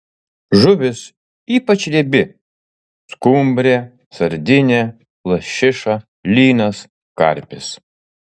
žuvis ypač riebi skumbrė sardinė lašiša lynas karpis